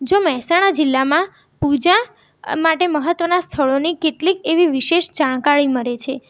જો મહેસાણા જિલ્લામાં પૂજા માટે મહત્ત્વના સ્થળોની કેટલીક એવી વિશેષ જાણકારી મળે છે